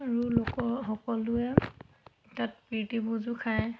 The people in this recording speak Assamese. আৰু লোকৰ সকলোৱে তাত প্ৰীতি ভোজো খায়